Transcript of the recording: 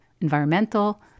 environmental